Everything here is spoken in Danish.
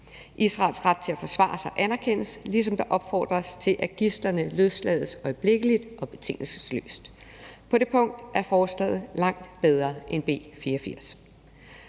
Israels ret til at forsvare sig anerkendes, ligesom der opfordres til, at gidslerne løslades øjeblikkeligt og betingelsesløst. På det punkt er forslaget langt bedre end B 84.